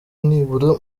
nibura